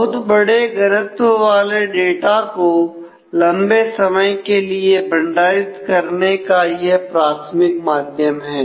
बहुत बड़े घनत्व वाले डाटा को लंबे समय के लिए भंडारित करने का यह प्राथमिक माध्यम है